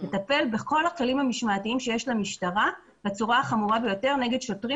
לטפל בכל הכלים המשמעתיים שיש למשטרה בצורה החמורה ביותר נגד שוטרים